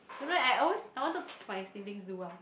dunno leh I always I wanted to see my siblings do well